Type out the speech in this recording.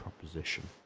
proposition